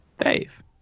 Dave